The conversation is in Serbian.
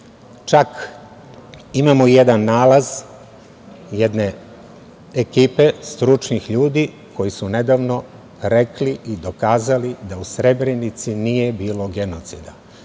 čak imamo i jedan nalaz jedne ekipe stručnih ljudi koji su nedavno rekli i dokazali da u Srebrenici nije bilo genocida.